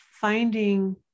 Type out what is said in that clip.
finding